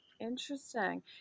Interesting